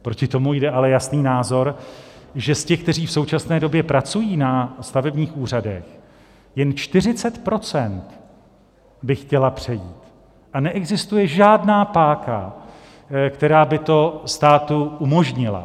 Proti tomu jde ale jasný názor, že z těch, kteří v současné době pracují na stavebních úřadech, jen 40 % by chtělo přejít a neexistuje žádná páka, která by to státu umožnila.